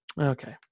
Okay